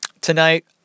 tonight